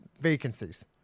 vacancies